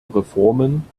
reformen